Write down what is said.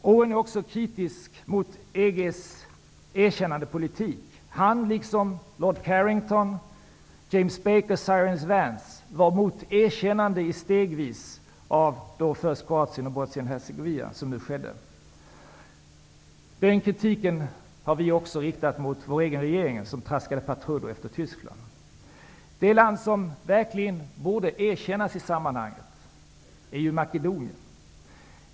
David Owen är också kritisk mot EG:s erkännandepolitik. Han, liksom Lord Carrington, James Bakers Cyrus Vance, var mot det stegvisa erkännande som skedde när det gäller Kroatien och Bosnien--Hercegovina. Den kritiken har också vi riktat mot vår egen regering, som traskade patrull efter Tyskland. Det land som verkligen borde erkännas i sammanhanget är Makedonien.